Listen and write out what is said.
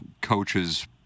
coaches